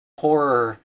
horror